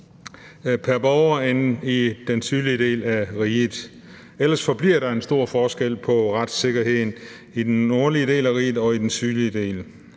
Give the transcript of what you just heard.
pr. borger end i den sydlige del af riget. Ellers forbliver der en stor forskel på retssikkerheden i den nordlige del af riget og i den sydlige del